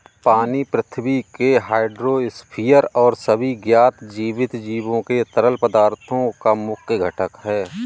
पानी पृथ्वी के हाइड्रोस्फीयर और सभी ज्ञात जीवित जीवों के तरल पदार्थों का मुख्य घटक है